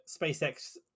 spacex